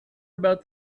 about